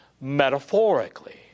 metaphorically